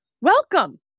welcome